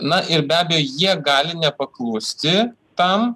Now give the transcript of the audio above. na ir be abejo jie gali nepaklusti tam